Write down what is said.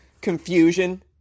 confusion